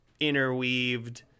interweaved